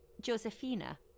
Josefina